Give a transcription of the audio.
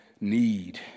need